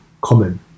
common